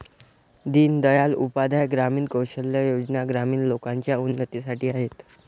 दीन दयाल उपाध्याय ग्रामीण कौशल्या योजना ग्रामीण लोकांच्या उन्नतीसाठी आहेत